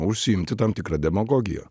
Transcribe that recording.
užsiimti tam tikra demagogija